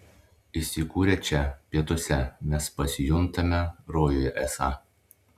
įsikūrę čia pietuose mes pasijuntame rojuje esą